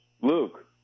Luke